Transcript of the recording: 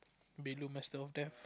been